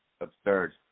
Absurd